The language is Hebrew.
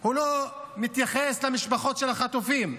הוא לא מתייחס למשפחות של החטופים,